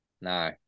No